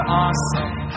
awesome